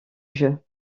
jeu